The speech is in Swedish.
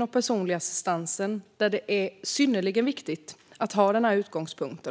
och personlig assistans, där det är synnerligen viktigt att ha denna utgångspunkt.